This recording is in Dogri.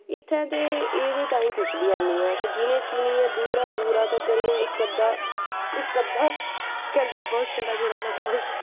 इत्थें ते एह्दे तांईं कुश बी हैनी ऐ असैं गिनी चुनियै दूरा दूरा तक्कर असें इक अध्दा गै लब्भग छड़ा जेह्ड़ा लब्भग